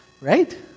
Right